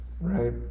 Right